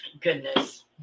Goodness